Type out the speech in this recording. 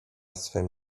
swym